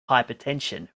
hypertension